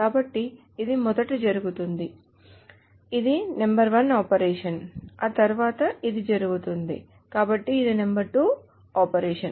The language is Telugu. కాబట్టి ఇది మొదట జరుగుతుంది ఇది జరుగుతోంది ఇది నంబర్ 1 ఆపరేషన్ ఆ తర్వాత ఇది జరుగుతుంది కాబట్టి ఇది నంబర్ 2 ఆపరేషన్